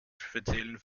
speziellen